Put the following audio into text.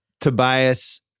Tobias